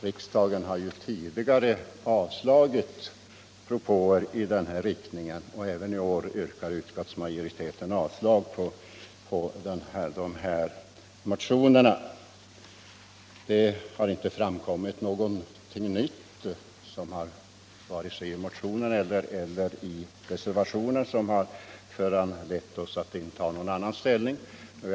Riksdagen har tidigare avslagit propåer i samma riktning, och även i år yrkar utskottsmajoriteten avslag på motionerna. Det har inte framkommit något nytt, vare sig i motionerna eller i reservationen, som har föranlett oss att inta någon annan ståndpunkt.